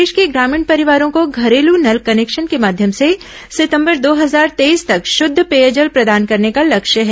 प्रदेश के ग्रामीण परिवारो को घरेलू नल कनेक्शन के माध्यम से सितंबर दो हजार तेईस तक शुद्ध पेयजल प्रदान करने का लक्ष्य है